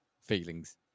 feelings